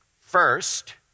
First